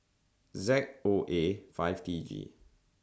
Z O A five T G